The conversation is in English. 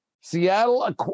Seattle